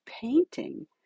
painting